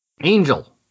Angel